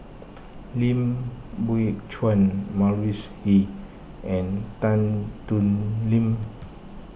Lim Biow Chuan Mavis Hee and Tan Thoon Lip